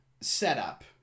setup